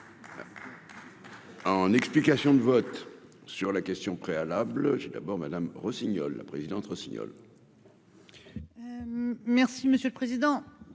en explications de vote sur la question préalable, j'ai d'abord Madame Rossignol la présidente Rossignol. Merci monsieur le président,